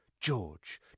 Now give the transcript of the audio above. George